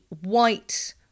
white